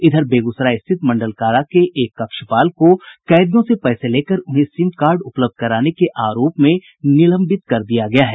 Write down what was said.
इधर बेगूसराय स्थित मंडल कारा के एक कक्षपाल को कैदियों से पैसे लेकर उन्हें सिमकार्ड उपलब्ध कराने के आरोप में निलंबित कर दिया गया है